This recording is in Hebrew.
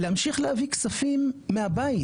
להמשיך להביא כספים מהבית,